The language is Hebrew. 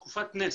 תקופת נס.